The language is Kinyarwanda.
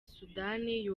sudani